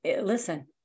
listen